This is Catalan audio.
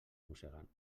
mossegant